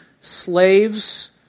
slaves